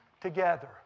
Together